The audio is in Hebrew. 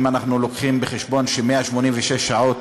אם אנחנו מביאים בחשבון ש-186 שעות